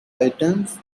items